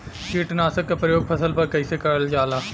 कीटनाशक क प्रयोग फसल पर कइसे करल जाला?